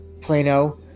Plano